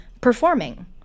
performing